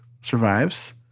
survives